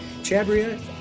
Chabria